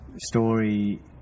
story